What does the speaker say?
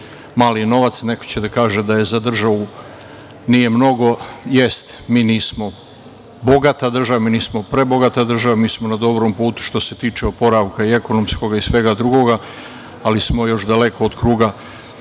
mali novac, a neko će da kaže za državu da nije mnogo, ali jeste, mi nismo bogata država, nismo prebogata država, mi smo na dobrom putu što se tiče oporavka i ekonomskog i svega drugog, ali smo daleko od kruga